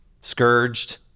scourged